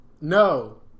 No